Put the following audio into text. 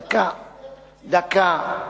דקה.